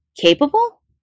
Capable